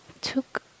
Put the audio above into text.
took